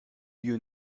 you